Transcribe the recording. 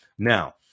Now